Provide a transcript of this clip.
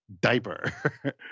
diaper